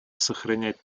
сохранять